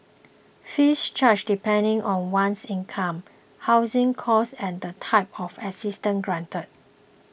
fees charged depend on one's income housing cost and the type of assistance granted